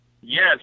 Yes